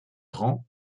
rend